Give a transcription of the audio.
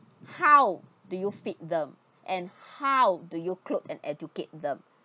how do you fit them and how do you cloak and educate them